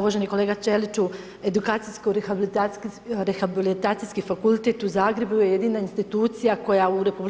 Uvaženi kolega Ćeliću, Edukacijska rehabilitacijski fakultet u Zagrebu jedina institucija koja u RH